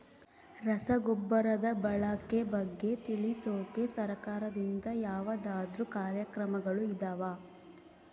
ರಸಗೊಬ್ಬರದ ಬಳಕೆ ಬಗ್ಗೆ ತಿಳಿಸೊಕೆ ಸರಕಾರದಿಂದ ಯಾವದಾದ್ರು ಕಾರ್ಯಕ್ರಮಗಳು ಇದಾವ?